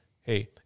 hey